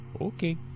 Okay